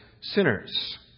sinners